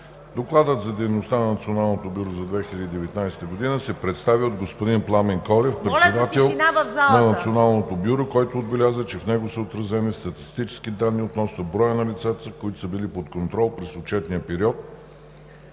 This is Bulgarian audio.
Докладът за дейността на Националното бюро за 2019 г. се представи от господин Пламен Колев – председател на Националното бюро, който отбеляза, че в него са отразени статистически данни относно броя на лицата, които са били под контрол през отчетния период,